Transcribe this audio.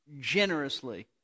generously